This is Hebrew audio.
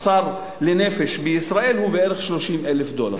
התוצר לנפש בישראל הוא בערך 30,000 דולר,